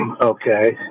Okay